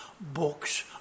books